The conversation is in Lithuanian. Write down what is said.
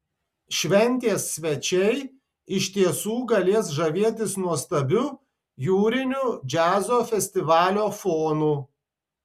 šventės svečiai iš tiesų galės žavėtis nuostabiu jūriniu džiazo festivalio fonu